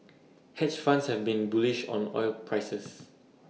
hedge funds have been bullish on oil prices